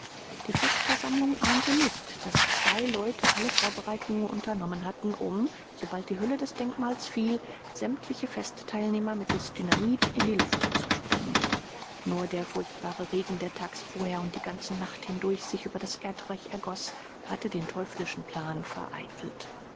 die festversammlung ahnte nicht daß zwei leute alle vorbereitungen unternommen hatten um sobald die hülle des denkmals fiel sämtliche festteilnehmer mittels dynamit in die luft zu sprengen nur der furchtbare regen der tags vorher und die ganze nacht hindurch sich über das erdreich ergoß hatte den teuflischen plan vereitelt